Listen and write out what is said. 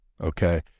Okay